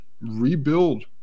rebuild